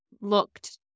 looked